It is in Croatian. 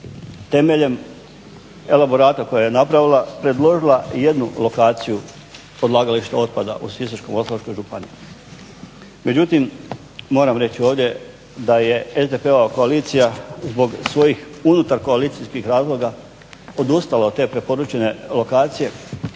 temeljem elaborata kojeg je napravila predložila i jednu lokaciju odlagališta otpada u Sisačko-moslavačkoj županiji. Međutim, moram reći ovdje da je SDP-ova koalicija zbog svojih unutar koalicijskih razloga odustalo od te preporučene lokacije